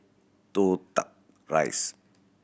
Toh Tuck Rise